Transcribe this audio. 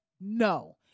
No